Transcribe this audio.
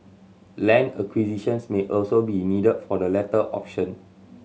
land acquisitions may also be needed for the latter option